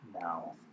now